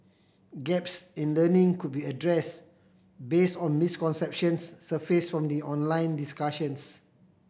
gaps in learning could be addressed based on misconceptions surfaced from the online discussions